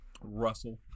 Russell